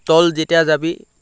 তল যেতিয়া যাবি